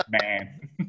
man